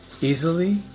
easily